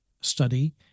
study